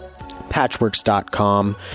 patchworks.com